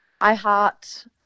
iHeart